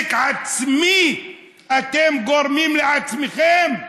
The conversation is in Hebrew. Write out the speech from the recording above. תראו איזה נזק עצמי אתם גורמים, לעצמכם.